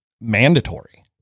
mandatory